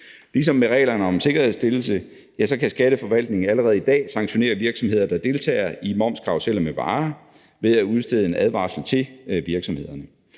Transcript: Ligesom med reglerne om sikkerhedsstillelse kan Skatteforvaltningen allerede i dag sanktionere virksomheder, der deltager i momskarruseller med varer, ved at udstede en advarsel til virksomhederne.